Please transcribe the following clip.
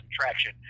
traction